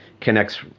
connects